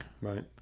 Right